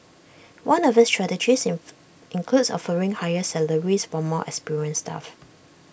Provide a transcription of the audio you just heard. one of its strategies includes offering higher salaries for more experienced staff